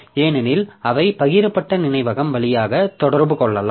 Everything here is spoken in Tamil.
ஏனெனில் அவை பகிரப்பட்ட நினைவகம் வழியாக தொடர்பு கொள்ளலாம்